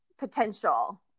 potential